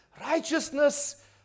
righteousness